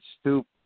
stoop